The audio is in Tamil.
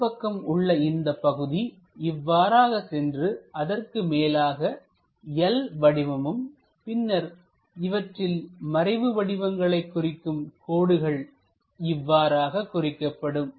அடிப்பக்கம் உள்ள இந்தப் பகுதி இவ்வாறாக சென்று அதற்கு மேலாக L வடிவமும் பின்னர் இவற்றில் மறைவு வடிவங்களை குறிக்கும் கோடுகள் இவ்வாறாக குறிக்கப்படும்